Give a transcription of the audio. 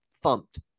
thumped